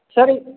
sir